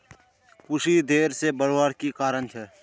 कुशी देर से बढ़वार की कारण छे?